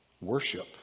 worship